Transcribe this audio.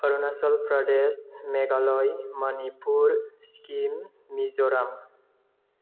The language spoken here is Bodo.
अरुनाचल प्रदेश मेघालया मणिपुर सिक्किम मिज'राम